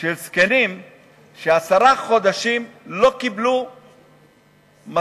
של זקנים שעשרה חודשים לא קיבלו משכורת,